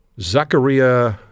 Zachariah